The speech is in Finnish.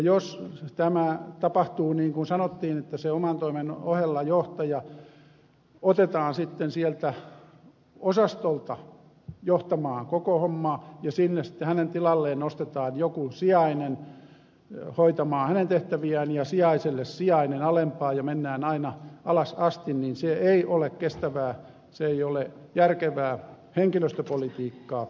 jos tämä tapahtuu niin kuin sanottiin että se oman toimen ohella johtaja otetaan sitten sieltä osastolta johtamaan koko hommaa ja sinne sitten hänen tilalleen nostetaan joku sijainen hoitamaan hänen tehtäviään ja sijaiselle sijainen alempaa ja mennään aina alas asti niin se ei ole kestävää se ei ole järkevää henkilöstöpolitiikkaa